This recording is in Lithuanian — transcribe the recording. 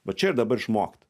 va čia ir dabar išmokt